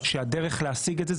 שהדרך להשיג את זה,